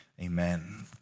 Amen